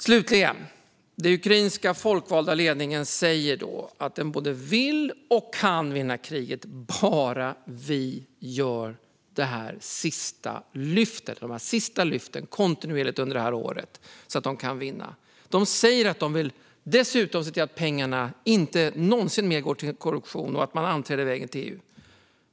Slutligen: Den ukrainska folkvalda ledningen säger att den både vill och kan vinna kriget, bara vi gör de sista lyften kontinuerligt under det här året så att de kan vinna. De säger också att de vill se till att pengarna aldrig någonsin mer går till korruption och att man anträder vägen till EU.